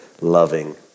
loving